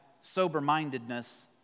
sober-mindedness